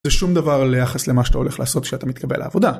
זה שום דבר ליחס למה שאתה הולך לעשות כשאתה מתקבל לעבודה.